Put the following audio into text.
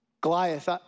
Goliath